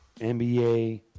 NBA